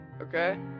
Okay